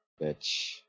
bitch